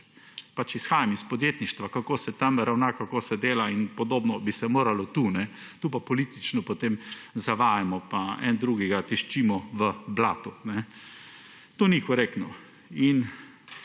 pač izhajam iz podjetništva, kako se tam ravna, kako se dela, podobno bi se moralo tu. Tu pa politično potem zavajamo pa eden drugega tiščimo v blato. To ni korektno.